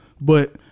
but-